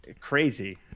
crazy